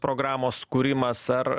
programos kūrimas ar